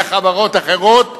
זה חברות אחרות,